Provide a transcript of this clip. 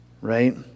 Right